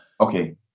Okay